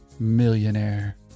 millionaire